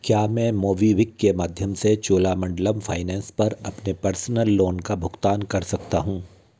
क्या मैं मोबीवीक के माध्यम से चोलामंडलम फाइनेंस पर अपने पर्सनल लोन का भुगतान कर सकता हूँ